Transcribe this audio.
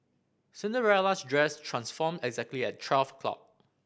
Cinderella's dress transformed exactly at twelve o'clock